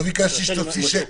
לא ביקשתי שתוציא שקל.